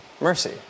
mercy